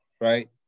right